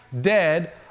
dead